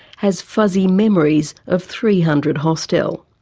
has fuzzy memories of three hundred hostel.